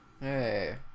Hey